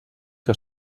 que